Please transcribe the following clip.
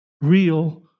real